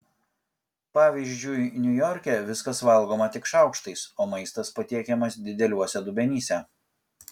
pavyzdžiui niujorke viskas valgoma tik šaukštais o maistas patiekiamas dideliuose dubenyse